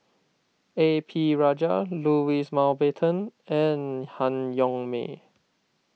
A P Rajah Louis Mountbatten and Han Yong May